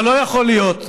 אבל לא יכול להיות,